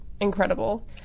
incredible